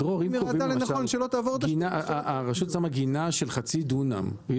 אם קובעים לנכון שלא תעבור 10 דונם --- דרור,